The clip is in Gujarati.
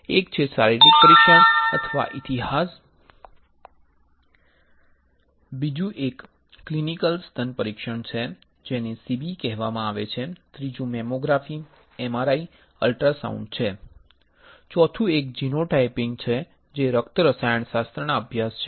એક છે શારીરિક પરીક્ષણ અથવા ઇતિહાસ બીજું એક ક્લિનિકલ સ્તન પરીક્ષણ છે જેને CBE કહેવામાં આવે છે ત્રીજું મેમોગ્રાફી MRI અલ્ટ્રાસાઉન્ડ છે ચોથું એક જીનોટાઇપિંગ છે જે રક્ત રસાયણશાસ્ત્ર અભ્યાસ છે